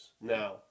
now